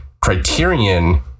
criterion